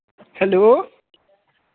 hello